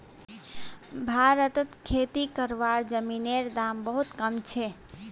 भारतत खेती करवार जमीनेर दाम बहुत कम छे